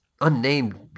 unnamed